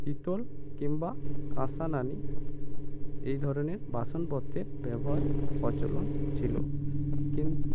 পিতল কিংবা কাঁসা নামি এই ধরনের বাসনপত্রের ব্যবহার প্রচলন ছিল কিন